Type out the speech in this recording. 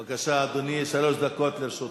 בבקשה, אדוני, שלוש דקות לרשותך.